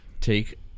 take